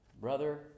Brother